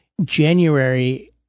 January